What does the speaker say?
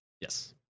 Yes